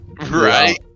right